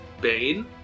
bane